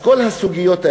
אז כל הסוגיות האלה,